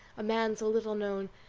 a man so little known,